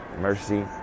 mercy